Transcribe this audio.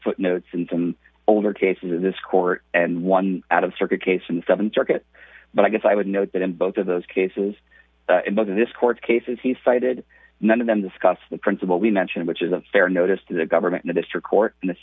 footnotes and some older cases of this court and one out of circuit case and seven circuit but i guess i would note that in both of those cases it was in this court cases he cited none of them discussed the principle we mentioned which is a fair notice to the government in a district court in the